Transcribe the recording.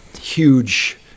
huge